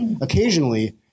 occasionally